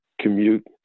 commute